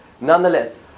Nonetheless